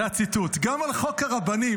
זה הציטוט: גם על חוק הרבנים,